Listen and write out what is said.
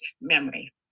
memory